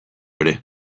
ere